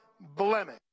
blemish